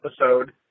episode